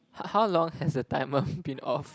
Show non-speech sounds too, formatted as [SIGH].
how how long has the timer [LAUGHS] been off